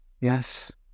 Yes